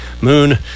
moon